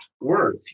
work